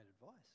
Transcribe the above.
advice